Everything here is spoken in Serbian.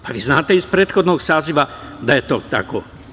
Pa vi znate iz prethodnog saziva da je to tako.